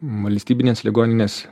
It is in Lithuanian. valstybinės ligoninės